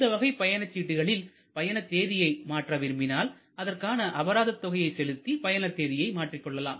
இந்த வகை பயணச்சீட்டுகளில் பயண தேதியை மாற்ற விரும்பினால் அதற்கான அபராதத் தொகையைச் செலுத்தி பயண தேதியை மாற்றிக்கொள்ளலாம்